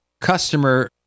Customer